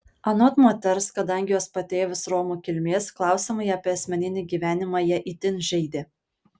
anot moters kadangi jos patėvis romų kilmės klausimai apie asmeninį gyvenimą ją itin žeidė